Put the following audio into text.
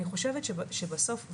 אני חושבת שבסוף,